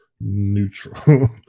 neutral